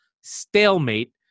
stalemate